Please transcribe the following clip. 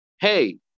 Hey